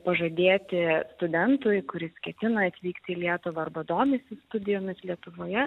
pažadėti studentui kuris ketina atvykti į lietuvą arba domisi studijomis lietuvoje